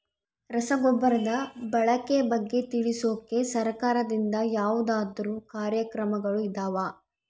ರಸಗೊಬ್ಬರದ ಬಳಕೆ ಬಗ್ಗೆ ತಿಳಿಸೊಕೆ ಸರಕಾರದಿಂದ ಯಾವದಾದ್ರು ಕಾರ್ಯಕ್ರಮಗಳು ಇದಾವ?